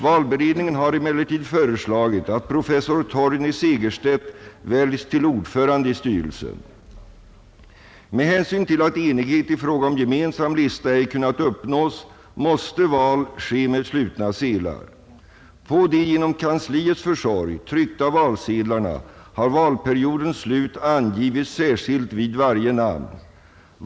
Valberedningen har emellertid föreslagit att professor Torgny Segerstedt väljs till ordförande i styrelsen. Med hänsyn till att enighet i fråga om gemensam lista ej kunnat uppnås måste val ske med slutna sedlar. På de genom kansliets försorg tryckta valsedlarna har valperiodens slut angivits särskilt vid varje namn.